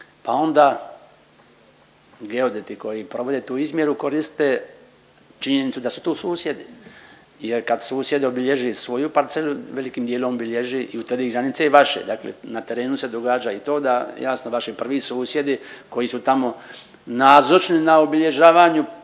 pa onda geodeti koji provode tu izmjeru koriste činjenicu da su tu susjedi jer kad susjed obilježi svoju parcelu velikim dijelom obilježi i utvrdi granice i vašeg. Dakle, na terenu se događa i to da jasno vaši prvi susjedi koji su tamo nazočni na obilježavanju